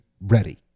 ready